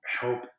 help